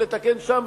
ולתקן שם,